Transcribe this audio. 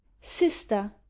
sister